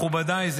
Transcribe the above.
מכובדיי,